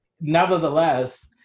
nevertheless